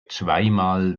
zweimal